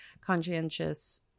conscientious